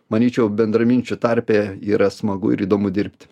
manyčiau bendraminčių tarpe yra smagu ir įdomu dirbti